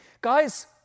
guys